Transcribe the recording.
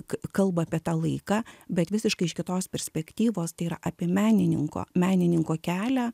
kalbą apie tą laiką bet visiškai iš kitos perspektyvos tai yra apie menininko menininko kelią